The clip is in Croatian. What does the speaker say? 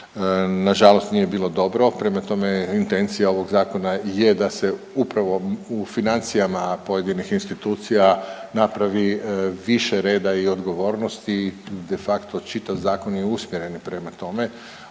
nažalost nije bilo dobro. Prema tome intencija ovog zakona i je da se upravo u financijama pojedinih institucija napravi više reda i odgovornosti, de facto čitav zakon je usmjeren prema tome,